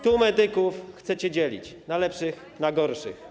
Tu medyków chcecie dzielić na lepszych i gorszych.